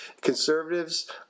conservatives